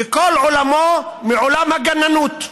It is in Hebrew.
וכל עולמו מעולם הגננות: